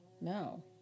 No